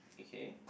okay